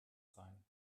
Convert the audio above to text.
sein